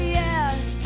yes